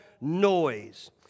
Noise